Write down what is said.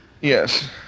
Yes